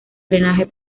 drenaje